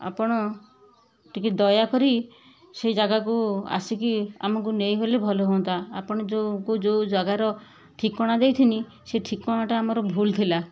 ଆପଣ ଟିକେ ଦୟା କରି ସେ ଯାଗାକୁ ଆସି କି ଆମକୁ ନେଇ ଗଲେ ଭଲ ହୁଅନ୍ତା ଆପଣ ଯେଉଁ କେଉଁ ଯେଉଁ ଜାଗାର ଠିକଣା ଦେଇଥିନି ସେ ଠିକଣାଟା ଆମର ଭୁଲ ଥିଲା